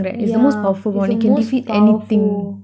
yeah it's the most powerful